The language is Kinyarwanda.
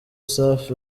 safi